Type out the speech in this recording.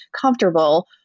comfortable